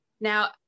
now